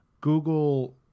Google